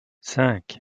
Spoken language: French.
cinq